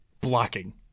Blocking